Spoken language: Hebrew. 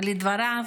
ולדבריו,